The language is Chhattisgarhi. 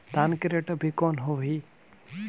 धान के रेट अभी कौन होही?